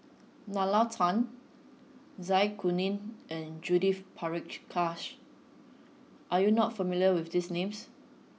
Nalla Tan Zai Kuning and Judith Prakash are you not familiar with these names